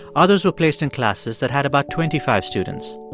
others were placed in classes that had about twenty five students.